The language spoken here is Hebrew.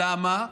למה?